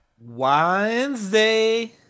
Wednesday